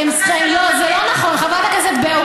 זה לא נכון, חברת הכנסת ברקו.